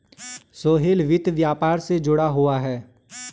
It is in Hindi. सोहेल वित्त व्यापार से जुड़ा हुआ है